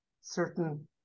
certain